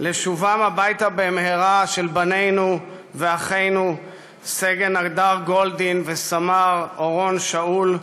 לשובם הביתה במהרה של בנינו ואחינו סגן הדר גולדין וסמ"ר אורון שאול,